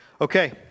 Okay